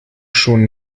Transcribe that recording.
schon